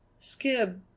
Skib